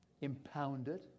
impounded